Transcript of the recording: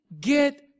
Get